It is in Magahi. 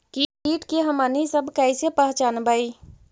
किट के हमनी सब कईसे पहचनबई?